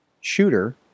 shooter